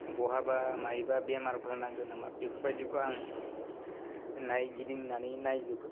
बहाबा मायोबा बेमारफोर नादों नामा बेफोरबायदिखौ आं नायगिदिंनानै नायजोबो